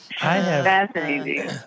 fascinating